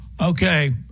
Okay